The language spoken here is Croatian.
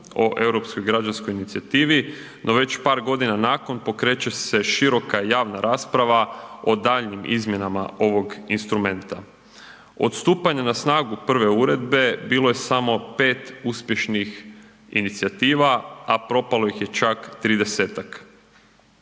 o Europskoj građanskoj inicijativi no već par godina nakon pokreće se široka i javna rasprava o daljnjim izmjenama ovog instrumenta. Od stupanja na snagu prve uredbe bilo je samo 5 uspješnih inicijativa a propalo ih je čak 30-ak.